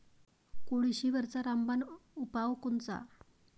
कोळशीवरचा रामबान उपाव कोनचा?